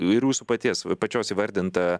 ir jūsų paties pačios įvardinta